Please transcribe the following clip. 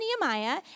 Nehemiah